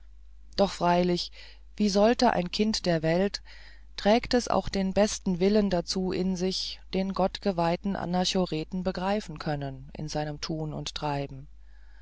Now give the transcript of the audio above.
doch freilich wie sollte ein kind der welt trägt es auch den besten willen dazu in sich den gott geweihten anachoreten begreifen können in seinem tun und treiben